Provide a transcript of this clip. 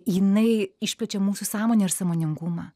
jinai išplečia mūsų sąmonę ir sąmoningumą